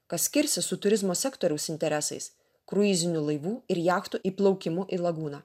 kas kirsis su turizmo sektoriaus interesais kruizinių laivų ir jachtų įplaukimu į lagūną